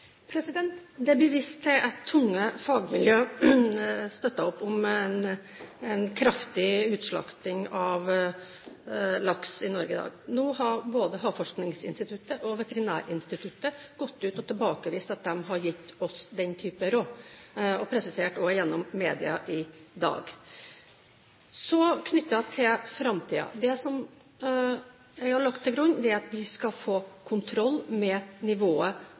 Det blir vist til at tunge fagmiljø støtter opp om en kraftig utslakting av laks i Norge i dag. Nå har både Havforskningsinstituttet og Veterinærinstituttet gått ut og tilbakevist at de har gitt oss den type råd, og også presisert det gjennom media i dag. Så til framtiden: Det som jeg har lagt til grunn, er at vi skal få kontroll med nivået